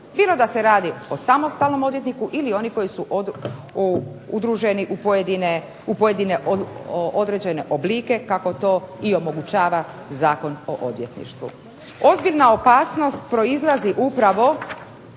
bilo da se radi o samostalnom odvjetniku ili oni koji su udruženi u pojedine određene oblike kako to i omogućava Zakon o odvjetništvu. Ozbiljna opasnost proizlazi upravo